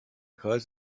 kreis